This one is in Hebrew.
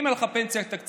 אם אין לך פנסיה תקציבית,